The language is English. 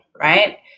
right